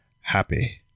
Happy